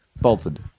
bolted